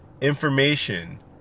information